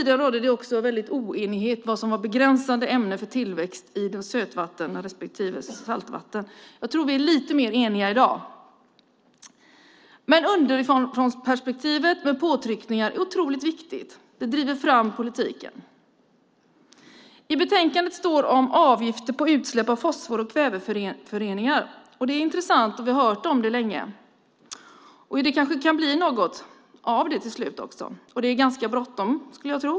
Det rådde även stor oenighet om vad som var begränsande ämnen för tillväxt i söt respektive saltvatten. Jag tror att vi är lite mer eniga i dag. Underifrånperspektivet med påtryckningar är oerhört viktigt. Det driver fram politiken. I betänkandet står om avgifter på utsläpp av fosfor och kväveföreningar. Det är intressant, och vi har länge hört talas om detta. Kanske kan det till slut bli någonting av det. Jag skulle tro att det är ganska bråttom.